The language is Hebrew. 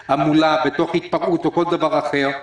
מהתפרעות או מדבר אחר,